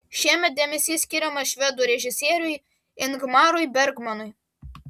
šiemet dėmesys skiriamas švedų režisieriui ingmarui bergmanui